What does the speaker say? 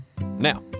Now